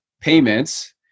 payments